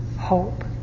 hope